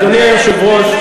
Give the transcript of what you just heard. אדוני היושב-ראש,